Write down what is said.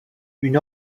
une